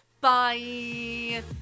Bye